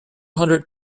hundred